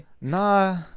nah